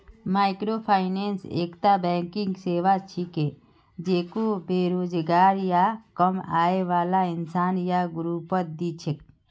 microfinance एकता banking सेवा छिके जेको बेरोजगार या कम आय बाला इंसान या ग्रुपक दी छेक